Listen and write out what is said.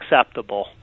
acceptable